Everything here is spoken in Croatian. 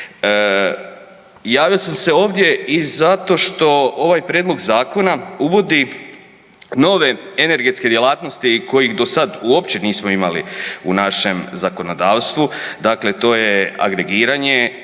Javio sam se ovdje i zato što ovaj prijedlog zakona uvodi nove energetske djelatnosti kojih do sad uopće nismo imali u našem zakonodavstvu, dakle to je agregiranje,